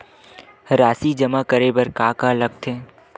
राशि जमा करे बर का का लगथे?